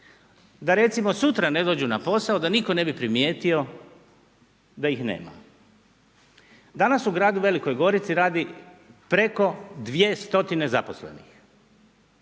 da recimo sutra ne dođu na posao da nitko ne bi primijetio da ih nema. danas u gradu VG radi preko 200 zaposlenih,